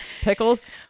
pickles